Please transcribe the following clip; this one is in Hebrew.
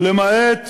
למעט